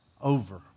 over